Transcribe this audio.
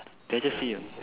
did I just say your n~